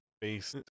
based